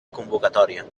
convocatòria